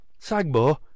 Sagbo